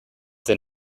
they